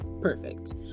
perfect